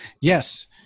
Yes